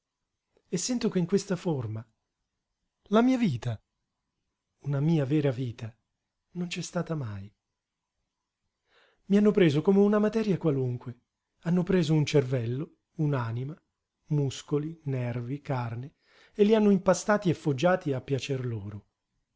e sento che in questa forma la mia vita una mia vera vita non c'è stata mai i hanno preso come una materia qualunque hanno preso un cervello un'anima muscoli nervi carne e li hanno impastati e foggiati a piacer loro